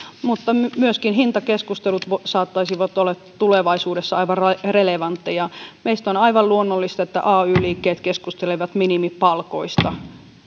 mutta myöskin hintakeskustelut saattaisivat olla tulevaisuudessa aivan relevantteja meistä on aivan luonnollista että ay liikkeet keskustelevat minimipalkoista